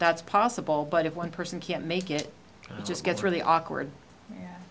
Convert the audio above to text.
that's possible but if one person can't make it it just gets really awkward